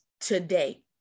today